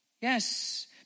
Yes